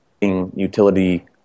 utility